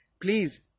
please